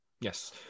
Yes